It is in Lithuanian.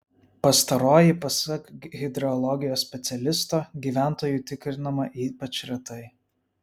pastaroji pasak hidrogeologijos specialisto gyventojų tikrinama ypač retai